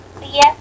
Yes